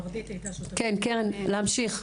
כן קרן, להמשיך.